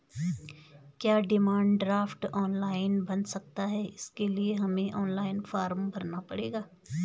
क्या demand draft online बन सकता है इसके लिए हमें ऑनलाइन फॉर्म भरना पड़ेगा?